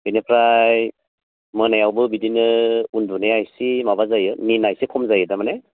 बेनिफ्राय मोनायावबो बिदिनो उन्दुनाया एसे माबा जायो निनआ एसे खम जायो थारमानि